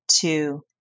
two